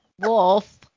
Wolf